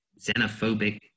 xenophobic